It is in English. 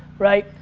right?